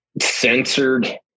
censored